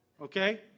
okay